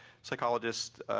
psychologists,